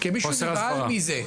כי מישהו נבהל מזה.